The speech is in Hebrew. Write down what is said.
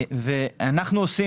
ואנחנו עושים,